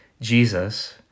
Jesus